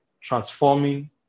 transforming